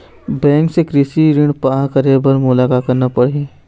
Bank से ऋण पाहां करे बर मोला का करना पड़ही?